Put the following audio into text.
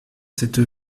cette